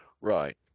Right